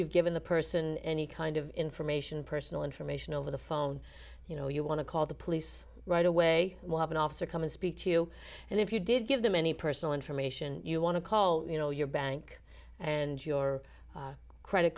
you've given the person any kind of information personal information over the phone you know you want to call the police right away we'll have an officer come and speak to you and if you did give them any personal information you want to call you know your bank and your credit